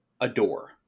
adore